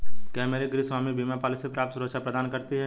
क्या मेरी गृहस्वामी बीमा पॉलिसी पर्याप्त सुरक्षा प्रदान करती है?